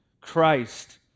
Christ